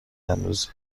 امروزی